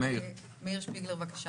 מאיר שפיגלר, בבקשה.